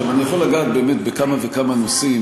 אני יכול לגעת בכמה וכמה נושאים,